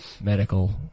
medical